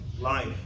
life